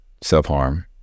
self-harm